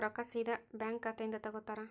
ರೊಕ್ಕಾ ಸೇದಾ ಬ್ಯಾಂಕ್ ಖಾತೆಯಿಂದ ತಗೋತಾರಾ?